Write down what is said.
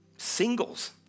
Singles